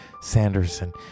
Sanderson